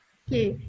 okay